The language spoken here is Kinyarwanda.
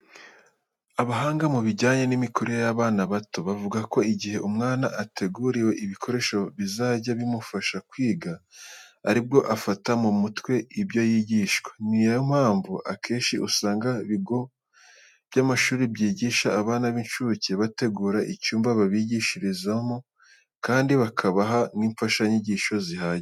Abahanga mu bijyanye n'imikurire y'abana bato bavuga ko igihe umwana ateguriwe ibikoresho bizajya bimufasha kwiga ari bwo afata mu mutwe ibyo yigishwa. Ni yo mpamvu, akenshi usanga mu bigo by'amashuri byigisha abana b'incuke bategura icyumba babigishirizamo kandi bakabaha n'imfashanyigisho zihagije.